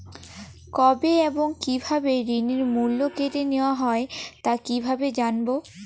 কবে এবং কিভাবে ঋণের মূল্য কেটে নেওয়া হয় তা কিভাবে জানবো?